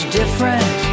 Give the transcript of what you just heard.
different